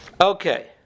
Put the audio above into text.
Okay